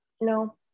No